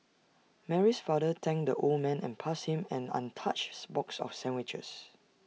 Mary's father thanked the old man and passed him an on touches box of sandwiches